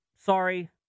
sorry